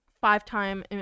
five-time